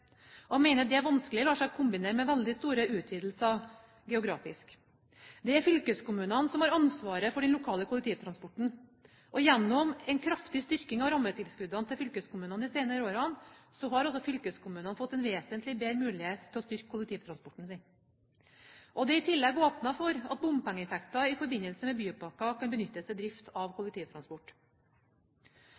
og mener det vanskelig lar seg kombinere med veldig store utvidelser geografisk. Det er fylkeskommunene som har ansvaret for den lokale kollektivtransporten, og gjennom en kraftig styrking av rammetilskuddene til fylkeskommunene de senere årene har fylkeskommunene fått en vesentlig bedre mulighet til å styrke kollektivtransporten sin. Det er i tillegg åpnet for at bompengeinntekter i forbindelse med bypakker kan benyttes til drift av kollektivtransport.